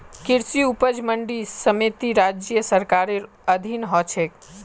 कृषि उपज मंडी समिति राज्य सरकारेर अधीन ह छेक